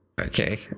Okay